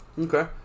Okay